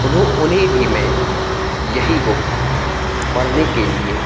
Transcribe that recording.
उन्होंने उन्हें भी मैं यही बुक पढ़ने के लिए